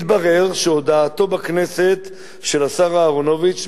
התברר שהודעתו בכנסת של השר אהרונוביץ,